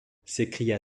s’écria